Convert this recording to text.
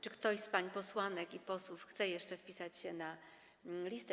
Czy ktoś z pań posłanek i posłów chce jeszcze wpisać się na listę?